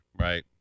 Right